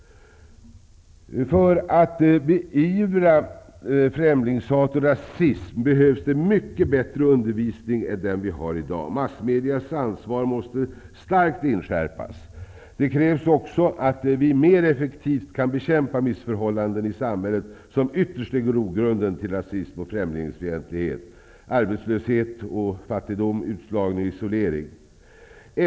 För att beivra främlingshat och rasism behövs det mycket bättre undervisning än den vi har i dag. Massmedias ansvar måste starkt inskärpas. Det krävs också att vi mer effektivt kan bekämpa de missförhållanden i samhället som ytterst är grogrunden till rasism och främlingsfientlighet, nämligen arbetslöshet, fattigdom, utslagning och isolering.